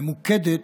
ממוקדת,